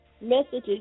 messages